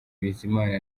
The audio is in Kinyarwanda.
bizimana